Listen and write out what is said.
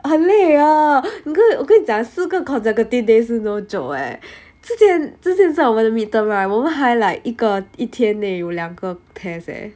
很累 oh 你跟我跟你讲四个 consecutive day 是 no joke eh 之前之前在我们的 midterm right 我们还 like 一个一天内有两个 test eh